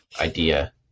idea